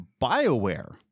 BioWare